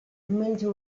menja